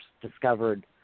discovered